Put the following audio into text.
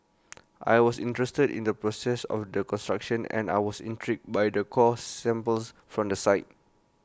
I was interested in the process of the construction and I was intrigued by the core samples from the site